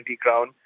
crown